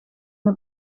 een